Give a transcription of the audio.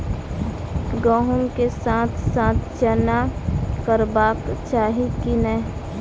गहुम केँ साथ साथ चना करबाक चाहि की नै?